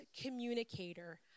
communicator